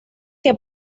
que